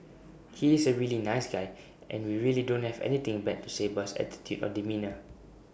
he is A really nice guy and we really don't have anything bad to say about his attitude or demeanour